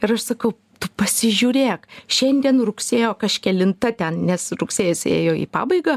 ir aš sakau tu pasižiūrėk šiandien rugsėjo kažkelinta ten nes rugsėjis ėjo į pabaigą